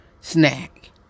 snack